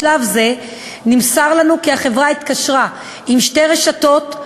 בשלב זה נמסר לנו כי החברה התקשרה עם שתי רשתות,